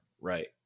Right